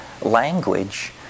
language